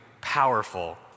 powerful